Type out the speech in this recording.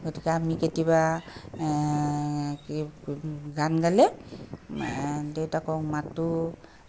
গতিকে আমি কেতিয়াবা কি গান গালে দেউতাকক মাতোঁ